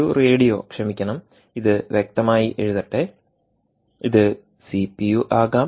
ഒരു റേഡിയോക്ഷമിക്കണം ഇത് വ്യക്തമായി എഴുതട്ടെ ഇത് സിപിയു ആകാം